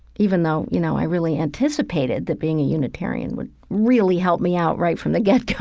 even though, you know, i really anticipated that being a unitarian would really help me out right from the get-go,